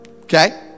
Okay